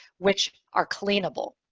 which are cleanable.